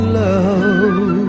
love